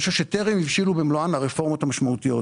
אני חושב שטרם הבשילו במלואן הרפורמות המשמעותיות.